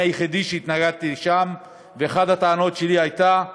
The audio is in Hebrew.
אני היחידי שהתנגדתי שם, ואחת הטענות שלי הייתה: